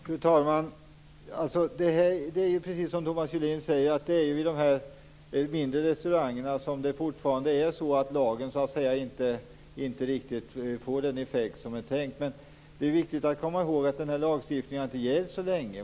Fru talman! Precis som Thomas Julin säger är det ju på de mindre restaurangerna som lagen inte riktigt får den effekt som var tänkt. Men det är viktigt att komma ihåg att lagstiftningen inte har gällt så länge.